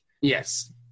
Yes